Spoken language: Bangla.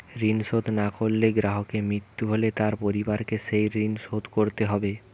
ঋণ শোধ না করে গ্রাহকের মৃত্যু হলে তার পরিবারকে সেই ঋণ শোধ করতে হবে?